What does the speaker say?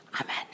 Amen